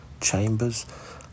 Chambers